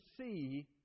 see